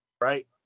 Right